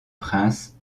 prince